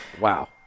Wow